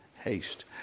haste